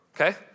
Okay